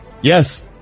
Yes